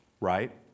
Right